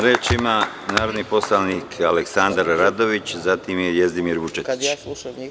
Reč ima narodni poslanik Aleksandar Radojević, zatim je Jezdimir Vučetić.